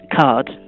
card